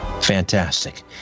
Fantastic